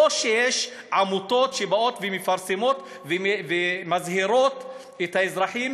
לא שיש עמותות שבאות ומפרסמות ומזהירות את האזרחים